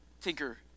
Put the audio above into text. Tinker